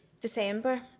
December